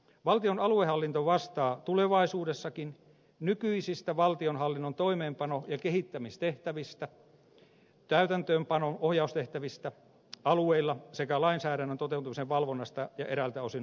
valtion aluehallinto vastaa tulevaisuudessakin nykyisistä valtionhallinnon toimeenpano ja kehittämistehtävistä täytäntöönpanon ohjaustehtävistä alueilla sekä lainsäädännön toteutumisen valvonnasta ja eräiltä osin oikeusturvasta alueilla